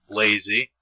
lazy